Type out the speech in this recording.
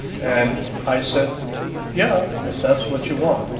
and i said yeah, if that's what you want.